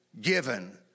given